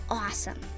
awesome